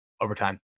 Overtime